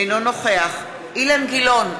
אינו נוכח אילן גילאון,